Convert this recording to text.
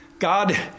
God